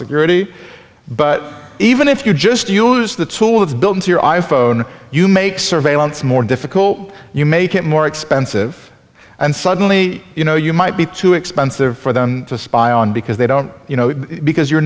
security but even if you just use the tool that's built into your i phone you make surveillance more difficult you make it more expensive and suddenly you know you might be too expensive for them to spy on because they don't you know because you're